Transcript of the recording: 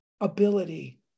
ability